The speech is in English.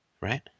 right